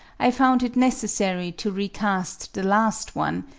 i found it necessary to recast the last one,